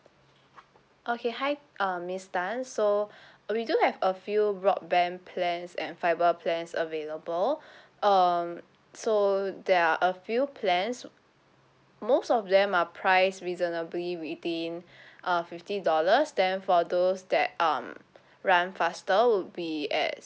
okay hi uh miss tan so we do have a few broadband plans and fiber plans available um so there are a few plans most of them are price reasonably within uh fifty dollars then for those that um run faster would be at